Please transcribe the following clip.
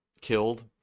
killed